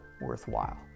worthwhile